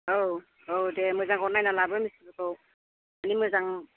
औ औ दे मोजांखौ नायना लाबो मिसत्रिखौ मानि मोजां